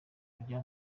kujya